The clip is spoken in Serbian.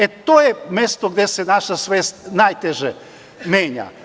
E, to je mesto gde se naša svest najteže menja.